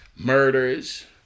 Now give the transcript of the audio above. Murders